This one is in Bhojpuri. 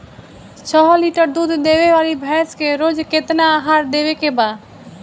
छह लीटर दूध देवे वाली भैंस के रोज केतना आहार देवे के बा?